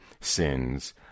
sins